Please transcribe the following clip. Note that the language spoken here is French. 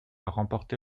remporté